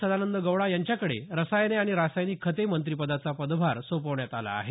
सदानंद गौडा यांच्याकडे रसायने आणि रासायनिक खते मंत्री पदाचा पदभार सोपवण्यात आला आहे